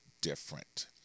different